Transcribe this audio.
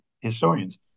historians